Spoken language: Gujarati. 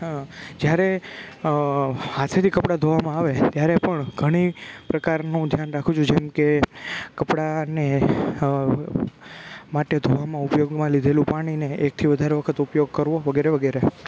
જ્યારે હાથેથી કપડાં ધોવામાં આવે ત્યારે પણ ઘણી પ્રકારનું ધ્યાન રાખવું જોઈએ જેમ કે કપડાંને માટે ધોવામાં ઉપયોગ લીધેલું પાણી એકથી વધારે વખત ઉપયોગ કરો વગેરે વગેરે